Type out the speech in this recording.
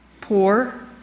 poor